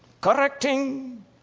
correcting